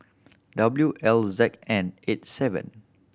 W L Z N eight seven